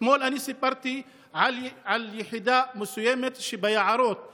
אתמול סיפרתי על יחידה מסוימות שמחרימה רכבים לאנשים ביערות,